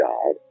God